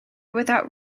without